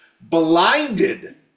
Blinded